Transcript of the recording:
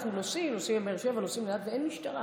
אנחנו נוסעים לבאר שבע או לאילת ואין משטרה,